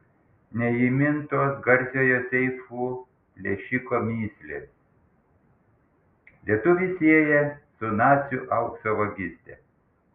neįmintos garsiojo seifų plėšiko mįslės lietuvį sieja su nacių aukso vagyste